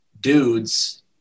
dudes